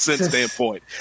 standpoint